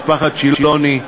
משפחת שילוני,